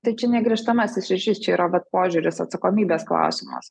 tai čia ne grįžtamasis ryšys čia yra vat požiūris atsakomybės klausimas